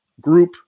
group